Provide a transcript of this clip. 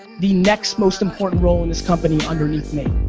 the next most important role in this company underneath me.